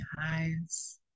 eyes